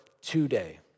today